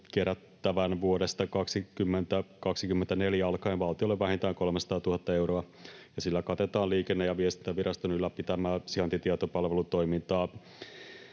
kerättävän vuodesta 2024 alkaen valtiolle vähintään 300 000 euroa, ja sillä katetaan Liikenne‑ ja viestintäviraston ylläpitämää sijaintitietopalvelutoimintaa